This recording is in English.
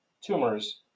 tumors